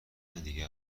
دیگه